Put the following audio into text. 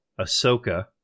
Ahsoka